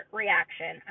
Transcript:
reaction